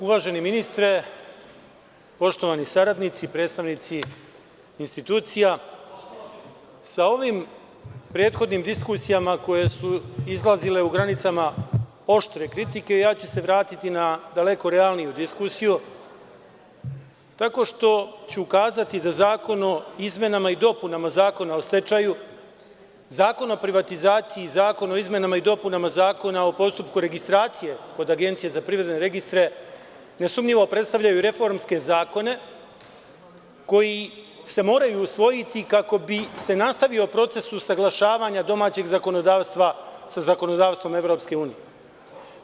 Uvaženi ministre, poštovani saradnici, predstavnici institucija, sa ovim prethodnim diskusijama koje su izlazile u granicama oštre kritike, ja ću se vratiti na daleko realniju diskusiju, tako što ću ukazati da Zakon o izmenama i dopunama Zakona o stečaju, Zakon o privatizaciji, Zakon o izmenama i dopunama Zakona o postupku registracije kod Agencije za privredne registre, nesumnjivo predstavljaju reformske zakone koji se moraju usvojiti kako bi se nastavio proces usaglašavanja domaćeg zakonodavstva sa zakonodavstvom Evropske unije.